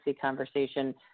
conversation